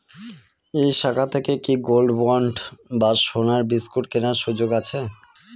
এই শাখা থেকে কি গোল্ডবন্ড বা সোনার বিসকুট কেনার সুযোগ আছে?